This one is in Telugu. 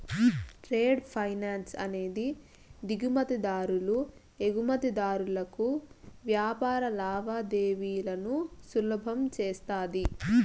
ట్రేడ్ ఫైనాన్స్ అనేది దిగుమతి దారులు ఎగుమతిదారులకు వ్యాపార లావాదేవీలను సులభం చేస్తది